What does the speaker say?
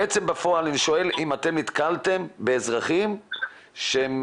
אני שואל האם נתקלתם בפועל באזרחים שהם